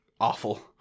awful